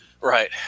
Right